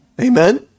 Amen